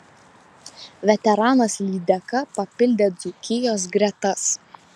veteranas lydeka papildė dzūkijos gretas